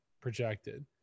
projected